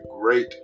great